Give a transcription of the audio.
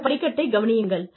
இந்த படிக்கட்டை கவனியுங்கள்